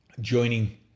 joining